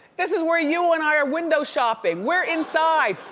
this is where you and i are window shopping, we're inside,